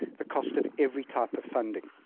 the cost of every type of funding.